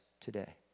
today